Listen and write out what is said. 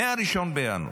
מ-1 בינואר,